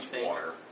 water